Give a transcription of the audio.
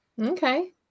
Okay